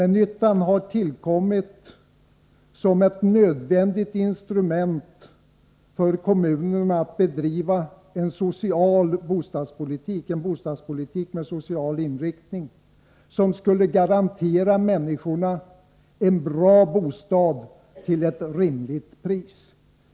Den har tillkommit som ett för kommunerna nödvändigt instrument för att bedriva en bostadspolitik med social inriktning som garanterar människorna en bra bostad till ett rimligt pris.